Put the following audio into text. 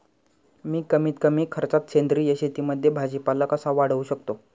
मी कमीत कमी खर्चात सेंद्रिय शेतीमध्ये भाजीपाला कसा वाढवू शकतो?